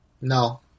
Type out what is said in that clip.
no